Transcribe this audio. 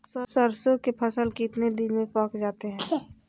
सरसों के फसल कितने दिन में पक जाते है?